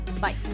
Bye